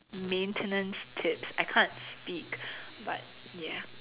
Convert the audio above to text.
maintenance tips I can't speak but ya